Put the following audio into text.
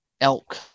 elk